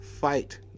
fight